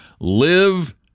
live